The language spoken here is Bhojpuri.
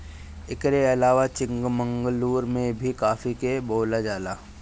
एकरी अलावा चिकमंगलूर में भी काफी के बोअल जाला